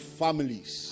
families